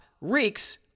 reeks